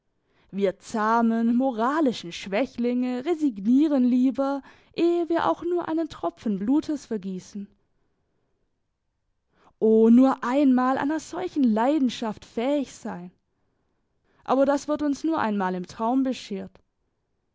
wir zahmen moralischen schwächlinge resignieren lieber ehe wir auch nur einen tropfen blutes vergiessen o nur einmal einer solchen leidenschaft fähig sein aber das wird uns nur einmal im traum beschert